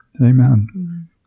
Amen